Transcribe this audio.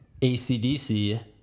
ACDC